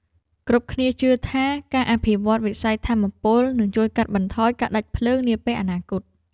គ្រប់គ្នាជឿថា ការអភិវឌ្ឍន៍វិស័យថាមពលនឹងជួយកាត់បន្ថយការដាច់ភ្លើងនាពេលអនាគត។